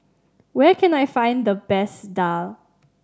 where can I find the best daal